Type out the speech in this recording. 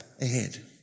ahead